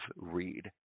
read